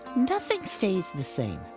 nothing stays the same.